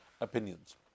opinions